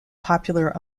popular